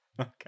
Okay